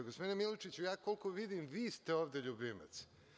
Gospodine Milojičiću, koliko vidim, vi ste ovde ljubimac.